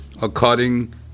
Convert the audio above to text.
according